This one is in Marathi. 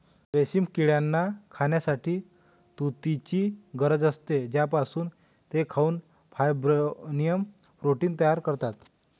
रेशीम किड्यांना खाण्यासाठी तुतीची गरज असते, ज्यापासून ते खाऊन फायब्रोइन प्रोटीन तयार करतात